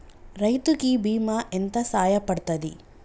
రైతు కి బీమా ఎంత సాయపడ్తది?